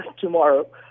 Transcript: tomorrow